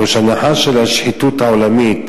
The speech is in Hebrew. ראש הנחש של השחיתות העולמית,